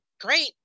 great